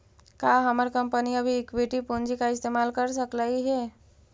का हमर कंपनी अभी इक्विटी पूंजी का इस्तेमाल कर सकलई हे